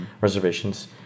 reservations